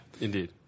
indeed